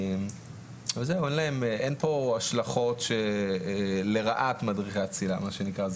אין פה השלכות לרעת מדריכי הצלילה, מה שנקרא.